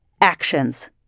Actions